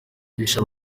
hishwe